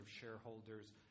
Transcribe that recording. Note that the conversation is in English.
shareholders